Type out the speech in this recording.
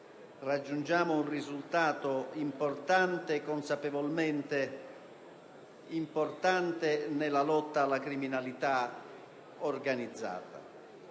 raggiungeremo un risultato consapevolmente importante nella lotta alla criminalità organizzata.